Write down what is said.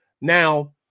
Now